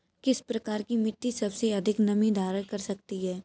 किस प्रकार की मिट्टी सबसे अधिक नमी धारण कर सकती है?